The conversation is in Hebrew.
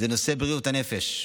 זה נושא בריאות הנפש.